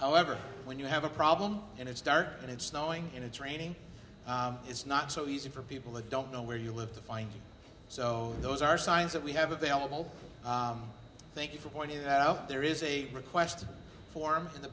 however when you have a problem and it's dark and it's snowing and it's raining it's not so easy for people that don't know where you live to fight so those are signs that we have available thank you for pointing that out there is a request form in the